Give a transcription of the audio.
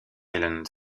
island